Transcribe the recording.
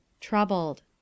Troubled